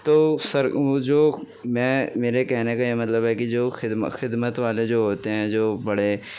تو سر وہ جو میں میرے کہنے کا یہ مطلب ہے کہ جو خدمت والے جو ہوتے ہیں جو بڑے